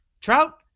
Trout